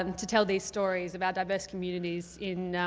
um to tell these stories about diverse communities in